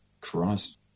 Christ